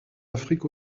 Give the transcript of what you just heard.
afrique